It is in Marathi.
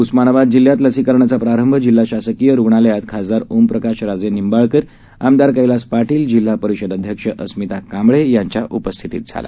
उस्मानाबाद जिल्ह्यात लसीकरणाचा प्रारंभ जिल्हा शासकीय रुग्णालयात खासदार ओमप्रकाश राजे निंबाळकर आमदार कैलास पाटील जिल्हा परिषद अध्यक्ष अस्मिता कांबळे यांच्या उपस्थितीत झाला